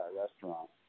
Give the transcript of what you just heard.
restaurant